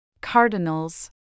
Cardinals